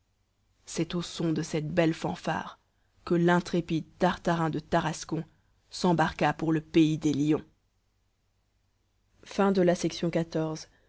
c'est au son de cette belle fanfare que l'intrépide tartarin de tarascon s'embarqua pour le pays des lions